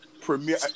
premiere